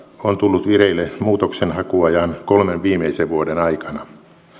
on tullut vireille muutoksenhakuajan kolmen viimeisen vuoden aikana erityisesti